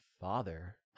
father